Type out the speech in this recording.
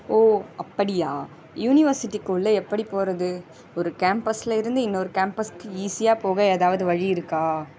ஓ அப்படியா யூனிவர்சிட்டிக்குள்ளே எப்படி போகிறது ஒரு கேம்பஸில் இருந்து இன்னொரு கேம்பஸுக்கு ஈஸியாக போக ஏதாவது வழி இருக்கா